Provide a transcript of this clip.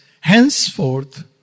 Henceforth